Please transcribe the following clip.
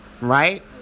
right